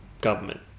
government